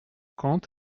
quand